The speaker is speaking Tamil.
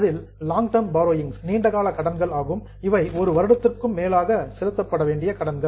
அதில் லாங் டர்ம் பாரோயிங்ஸ் நீண்ட கால கடன்கள் ஆகும் இவை ஒரு வருடத்துக்கும் மேலாக செலுத்தப்பட வேண்டிய கடன்கள்